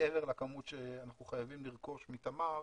מעבר לכמות שאנחנו חייבים לרכוש מתמר,